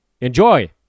Enjoy